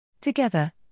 Together